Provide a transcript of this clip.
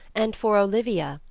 and for olivia,